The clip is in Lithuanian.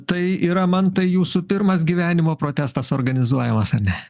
tai yra mantai jūsų pirmas gyvenimo protestas organizuojamas ar ne